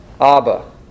Abba